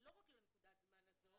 לא רק לנקודת הזמן הזו,